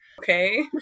Okay